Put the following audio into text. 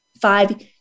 Five